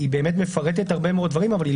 היא באמת מפרטת הרבה מאוד דברים אבל היא